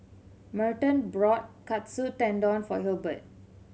Merton bought Katsu Tendon for Hilbert